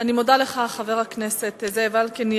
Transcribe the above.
אני מודה לך, חבר הכנסת זאב אלקין.